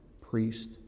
priest